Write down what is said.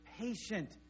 patient